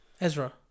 Ezra